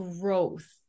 growth